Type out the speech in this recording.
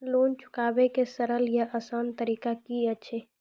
Loan चुकाबै के सरल या आसान तरीका की अछि?